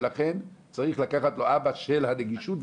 ולכן צריך לקחת אבא של הנגישות,